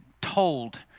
told